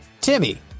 Timmy